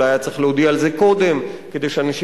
אולי היה צריך להודיע על זה קודם כדי שאנשים